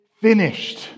finished